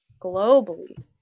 globally